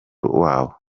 wabo